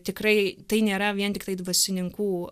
tikrai tai nėra vien tiktai dvasininkų